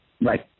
right